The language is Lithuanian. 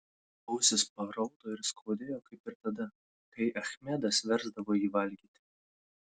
ausis paraudo ir skaudėjo kaip ir tada kai achmedas versdavo jį valgyti